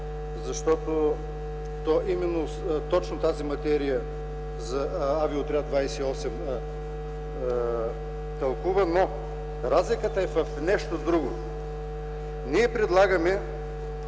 тълкува именно точно тази материя за Авиоотряд 28, но разликата е в нещо друго. Ние предлагаме